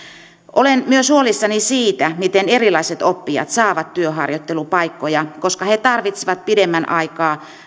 olen myös huolissani siitä miten erilaiset oppijat saavat työharjoittelupaikkoja koska he tarvitsevat pidemmän aikaa